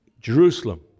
Jerusalem